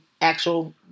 actual